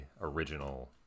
original